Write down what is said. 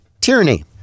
tyranny